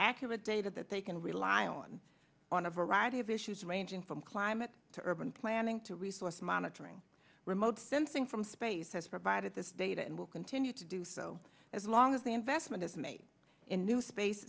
accurate data that they can rely on on a variety of issues ranging from climate to urban planning to resource monitoring remote sensing from space has provided this data and will continue to do so as long as the investment is made in new space